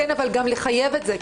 כן, אבל גם לחייב את זה.